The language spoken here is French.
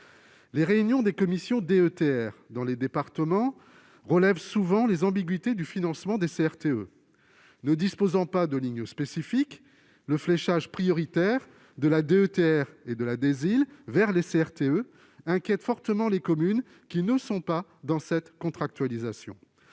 Les réunions des commissions DETR dans les départements révèlent souvent les ambiguïtés du financement des CRTE. Ne disposant pas de ligne spécifique, le fléchage prioritaire de la DETR et de la DSIL vers les CRTE inquiète fortement les communes qui ne sont pas dans cette contractualisation,